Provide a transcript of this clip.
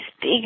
big